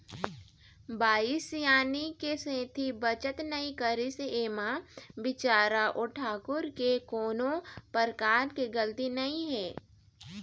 बाई सियानी के सेती बचत नइ करिस ऐमा बिचारा ओ ठाकूर के कोनो परकार के गलती नइ हे